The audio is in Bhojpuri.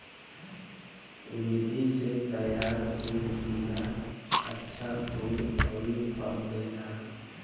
विधि से तैयार भइल बिया अच्छा फूल अउरी फल देला